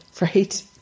right